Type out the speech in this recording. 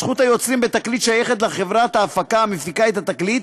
זכות היוצרים בתקליט שייכת לחברת ההפקה המפיקה את התקליט,